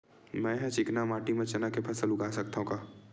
मै ह चिकना माटी म चना के फसल उगा सकथव का?